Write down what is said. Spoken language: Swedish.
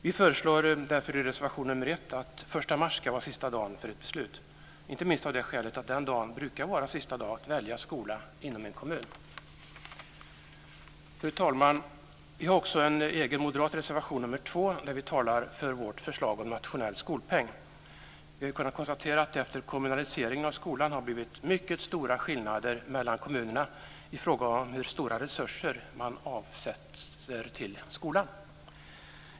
Vi föreslår därför i reservation 1 att den 1 mars ska vara sista dagen för ett beslut, inte minst av det skälet att den dagen brukar vara sista datum för att välja skola inom en kommun. Fru talman! Vi moderater har också en egen reservation, reservation 2, där vi talar för vårt förslag om nationell skolpeng. Vi har ju kunnat konstatera att det efter kommunaliseringen av skolan har blivit mycket stora skillnader mellan kommunerna i fråga om hur stora resurser som avsätts till skolan.